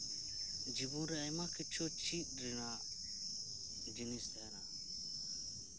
ᱡᱤᱵᱚᱱᱨᱮ ᱟᱭᱢᱟ ᱠᱤᱪᱷᱩ ᱪᱮᱫ ᱨᱮᱭᱟᱜ ᱡᱤᱱᱤᱥ ᱛᱟᱦᱮᱱᱟ